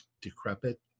decrepit